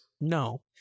no